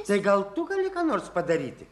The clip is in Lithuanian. tai gal tu gali ką nors padaryti